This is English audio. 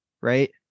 right